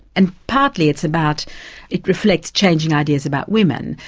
and partly it's about it reflects changing ideas about women,